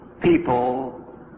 people